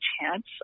chance